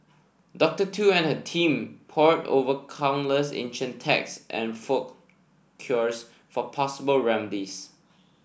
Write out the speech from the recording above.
Doctor Tu and her team pored over countless ancient texts and folk cures for possible remedies